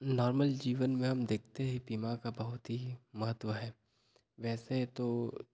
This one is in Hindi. नॉर्मल जीवन में हम देखते है बीमा का बहुत ही महत्व है वैसे तो